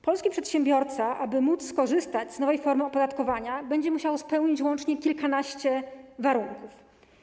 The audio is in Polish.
Polski przedsiębiorca, aby móc skorzystać z nowej formy opodatkowania, będzie musiał spełnić łącznie kilkanaście warunków.